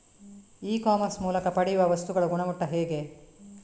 E commerce ಮೂಲಕ ಪಡೆಯುವ ವಸ್ತುಗಳ ಗುಣಮಟ್ಟ ಹೇಗೆ?